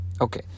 Okay